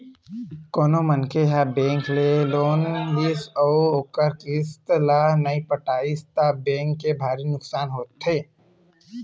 कोनो मनखे ह बेंक ले लोन लिस अउ ओखर किस्त ल नइ पटइस त बेंक के भारी नुकसानी होथे